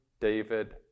David